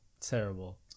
terrible